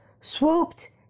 swooped